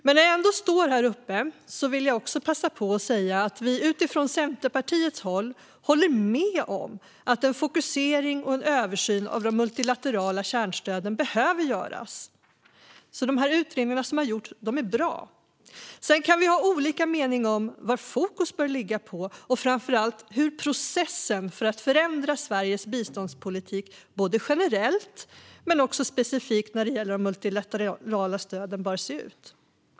När jag ändå står här uppe vill jag passa på att säga att vi från Centerpartiets sida håller med om att en fokusering och översyn av de multilaterala kärnstöden behöver göras. De utredningar som har gjorts är bra. Sedan kan det råda olika meningar om vad fokus bör ligga på och framför allt hur processen för att förändra Sveriges biståndspolitik både generellt och specifikt när det gäller de multilaterala stöden bör se ut.